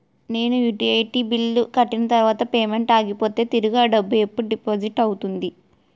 నేను utility bill కట్టిన తర్వాత పేమెంట్ ఆగిపోతే తిరిగి అ డబ్బు ఎప్పుడు డిపాజిట్ అవుతుంది?